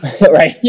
right